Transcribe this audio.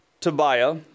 Tobiah